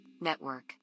Network